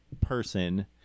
person